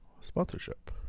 sponsorship